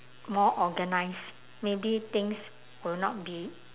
more organised maybe things will not be